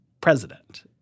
president